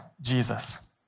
Jesus